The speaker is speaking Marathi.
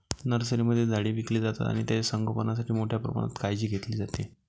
नर्सरीमध्ये झाडे विकली जातात आणि त्यांचे संगोपणासाठी मोठ्या प्रमाणात काळजी घेतली जाते